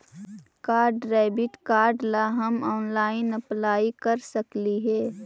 का debit card ला हम ऑनलाइन अप्लाई कर सकली हे?